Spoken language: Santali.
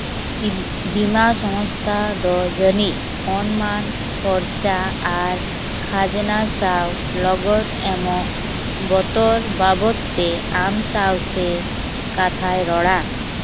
ᱵᱤᱢᱟ ᱥᱚᱝᱥᱛᱷᱟ ᱫᱚ ᱡᱟᱹᱱᱤᱡ ᱚᱱᱢᱟᱱ ᱠᱷᱚᱨᱪᱟ ᱟᱨ ᱠᱷᱟᱡᱽᱱᱟ ᱥᱟᱶ ᱞᱚᱜᱚᱫ ᱵᱚᱛᱚᱨ ᱵᱟᱵᱚᱫ ᱛᱮ ᱟᱢ ᱥᱟᱶᱛᱮ ᱠᱟᱛᱷᱟᱭ ᱨᱚᱲᱟ